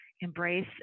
embrace